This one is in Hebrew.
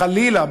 חלילה,